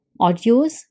audios